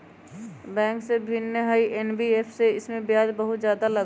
Bank से भिन्न हई एन.बी.एफ.सी इमे ब्याज बहुत ज्यादा लगहई?